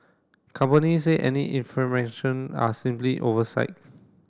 companies say any information are simply oversight